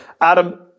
Adam